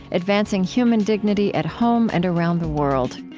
advancing human dignity at home and around the world.